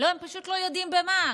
הם פשוט לא יודעים במה.